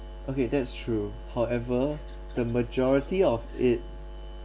okay that's true however the majority of it